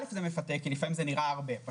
זה מפתה כי לפעמים זה נראה הרבה.